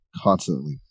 constantly